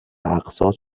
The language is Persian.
اقساط